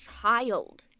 child